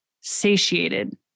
satiated